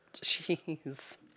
Jeez